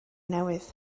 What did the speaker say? newydd